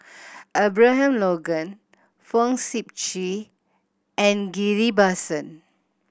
Abraham Logan Fong Sip Chee and Ghillie Basan